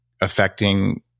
affecting